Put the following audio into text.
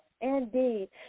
indeed